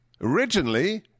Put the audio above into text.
Originally